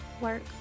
work